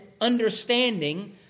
understanding